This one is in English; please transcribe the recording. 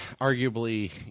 arguably